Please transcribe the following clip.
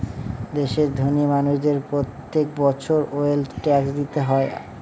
দেশের ধোনি মানুষদের প্রত্যেক বছর ওয়েলথ ট্যাক্স দিতে হয়